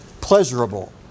pleasurable